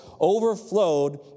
overflowed